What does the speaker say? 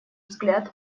взгляд